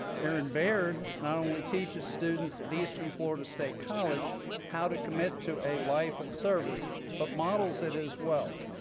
erin baird not only teaches students at eastern florida state college how to commit to a life of service but models it as well,